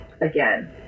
again